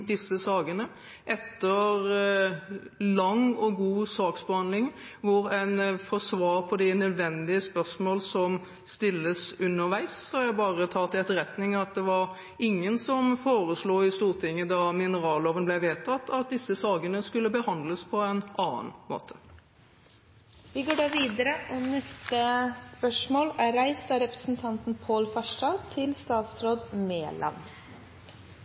disse sakene etter lang og god saksbehandling, hvor en får svar på de nødvendige spørsmål som stilles underveis. Jeg bare tar til etterretning at det var ingen som foreslo i Stortinget da mineralloven ble vedtatt, at disse sakene skulle behandles på en annen måte. Jeg tillater meg å stille følgende spørsmål til næringsministeren: «I næringskomiteens behandling av